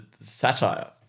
satire